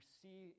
see